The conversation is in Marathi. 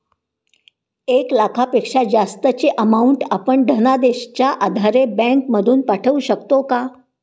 एक लाखापेक्षा जास्तची अमाउंट आपण धनादेशच्या आधारे बँक मधून पाठवू शकतो का?